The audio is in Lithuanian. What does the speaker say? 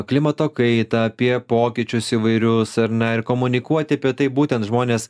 klimato kaitą apie pokyčius įvairius ar ne ir komunikuoti apie tai būtent žmonės